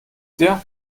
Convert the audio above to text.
dir